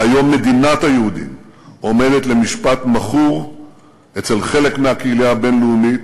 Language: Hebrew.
והיום מדינת היהודים עומדת למשפט מכור אצל חלק מהקהילה הבין-לאומית,